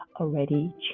already